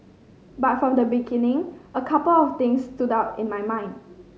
but from the beginning a couple of things stood out in my mind